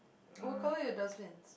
what colour are your dustbins